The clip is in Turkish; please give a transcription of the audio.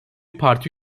parti